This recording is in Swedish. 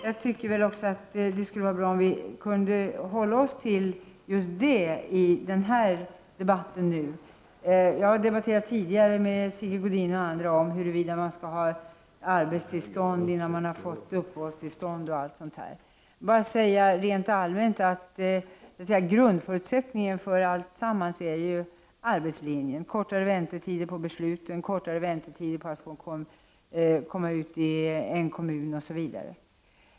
Jag tycker också att det skulle vara bra om vi kunde hålla oss till just detta i den här debatten. Tidigare har jag debatterat med Sigge Godin och andra om huruvida man skall ha arbetstillstånd innan man har fått uppehållstillstånd, osv. Rent allmänt vill jag säga att grundförutsättningen för alltsam mans är arbetslinjen — kortare väntetider för besluten, kortare väntetider när det gäller att få komma ut i en kommun, osv.